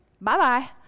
bye-bye